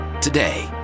today